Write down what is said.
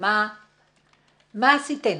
מה עשיתם,